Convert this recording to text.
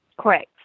Correct